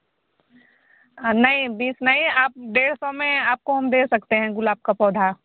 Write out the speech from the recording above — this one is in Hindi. नहीं बीस नहीं आप डेढ़ सौ में आपको हम दे सकते हैं गुलाब का पौधा